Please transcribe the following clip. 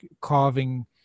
carving